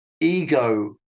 ego